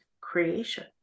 creation